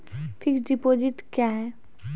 Fixed deposit क्या हैं?